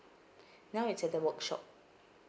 now it's at the workshop